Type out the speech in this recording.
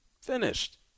Finished